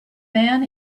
man